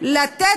למה את לא מתנגדת?